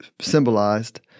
symbolized